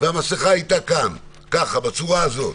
והמסכה הייתה כאן, ככה בצורה הזאת,